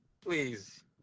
please